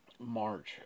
March